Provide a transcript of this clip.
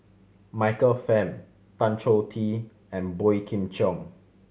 Michael Fam Tan Choh Tee and Boey Kim Cheng